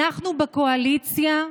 אנחנו בקואליציה,